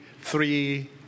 three